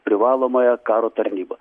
privalomąją karo tarnybą